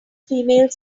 female